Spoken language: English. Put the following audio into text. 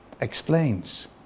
explains